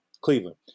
Cleveland